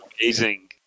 amazing